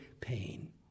pain